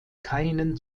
keinen